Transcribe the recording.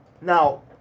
now